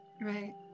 Right